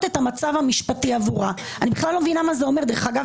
את המצב המשפטי עבורה." אני בכלל לא מבינה מה זה אומר בעברית.